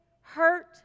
hurt